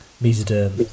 mesoderm